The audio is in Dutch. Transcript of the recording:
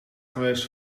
geweest